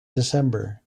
december